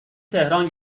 تهران